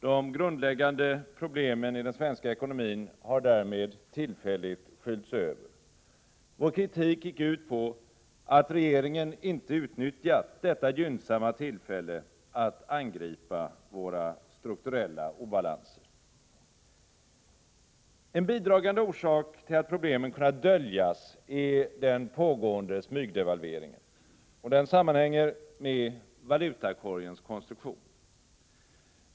De grundläggande problemen i den svenska ekonomin har därmed tillfälligt skylts över. Vår kritik gick ut på att regeringen inte utnyttjat detta gynnsamma tillfälle att angripa våra strukturella obalanser. En bidragande orsak till att problemen kunnat döljas är den pågående smygdevalveringen, vilken sammanhänger med valutakorgens konstruktion.